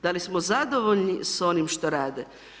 Da li smo zadovoljni s onim što rade?